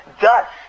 dust